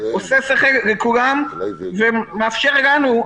הגיוני לכולם ומאפשר לנו,